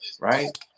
Right